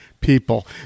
people